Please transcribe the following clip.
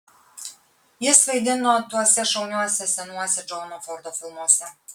jis vaidino tuose šauniuose senuose džono fordo filmuose